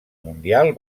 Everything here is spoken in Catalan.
mundial